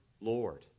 Lord